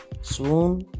swoon